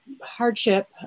hardship